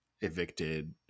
evicted